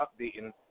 updating